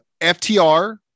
FTR